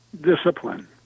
discipline